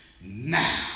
now